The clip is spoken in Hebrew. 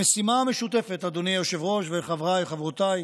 המשימה המשותפת, אדוני היושב-ראש וחבריי,